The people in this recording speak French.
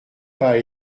pas